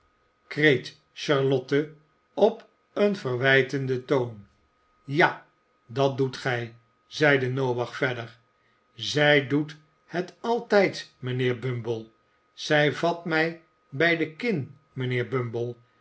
kreet charlotte op een verwijtenden toon ja dat doet gij zeide noach verder zij doet het altijd mijnheer bumble zij vat mij bij de kin mijnheer